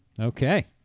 okay